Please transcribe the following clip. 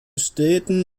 städten